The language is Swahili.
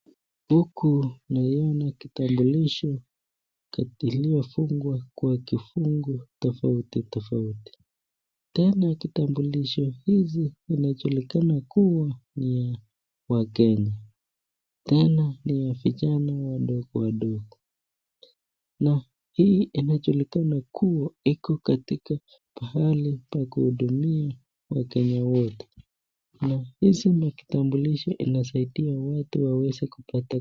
Huku naiona kitambulisho iliyo fugwa kwa kifungu tofauti tofauti. Tena kitambulisho hizi inajulikana kuwa ni ya wakenya. Tena ni ya vijana wadogo wadogo na hii inajulikana kuwa iko katika pahali pa kuhudumia wakenya wote na hizi kitambulisho inasaidia watu waweze kupata.